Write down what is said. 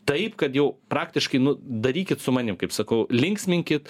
taip kad jau praktiškai nu darykit su manim kaip sakau linksminkit